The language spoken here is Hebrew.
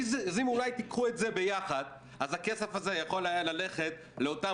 אז אם תיקחו את זה יחד הכסף הזה היה יכול ללכת לאותם